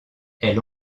elle